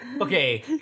Okay